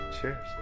Cheers